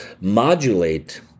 modulate